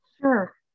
Sure